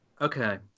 Okay